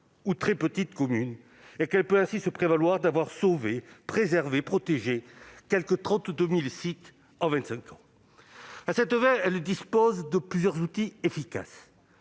ou très petites communes. Elle peut ainsi se prévaloir d'avoir sauvé, préservé ou protégé quelque 32 000 sites en vingt-cinq ans. À cette fin, elle dispose de plusieurs outils efficaces.